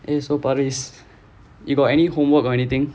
eh so baris you got any homework or anything